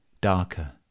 darker